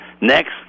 Next